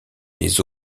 les